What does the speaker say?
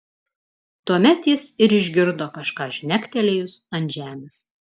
tuomet jis ir išgirdo kažką žnektelėjus ant žemės